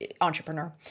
entrepreneur